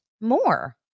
more